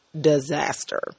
disaster